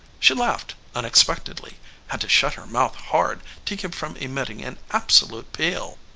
she laughed unexpectedly had to shut her mouth hard to keep from emitting an absolute peal.